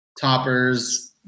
toppers